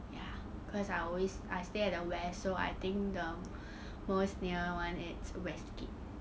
ya cause I always I stay at the west so I think the most near [one] it's westgate